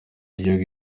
y’igihugu